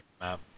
map